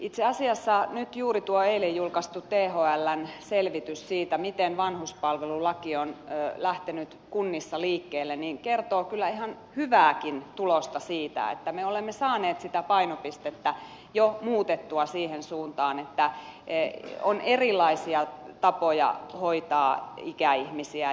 itse asiassa nyt juuri tuo eilen julkaistu thln selvitys siitä miten vanhuspalvelulaki on lähtenyt kunnissa liikkeelle kertoo kyllä ihan hyvääkin tulosta siitä että me olemme saaneet sitä painopistettä jo muutettua siihen suuntaan että on erilaisia tapoja hoitaa ikäihmisiä